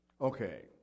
Okay